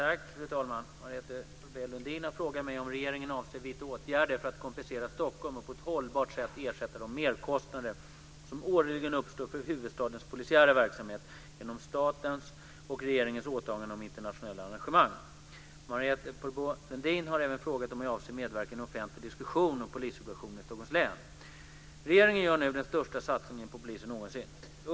Fru talman! Marietta de Pourbaix-Lundin har frågat mig om regeringen avser vidta åtgärder för att kompensera Stockholm och på ett hållbart sätt ersätta de merkostnader som årligen uppstår för huvudstadens polisiära verksamhet genom statens och regeringens åtaganden om internationella arrangemang. Marietta de Pourbaix-Lundin har även frågat om jag avser medverka i en offentlig diskussion om polissituationen i Stockholms län. Regeringen gör nu den största satsningen på polisen någonsin.